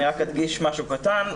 רק אדגיש משהו קטן.